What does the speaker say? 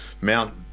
Mount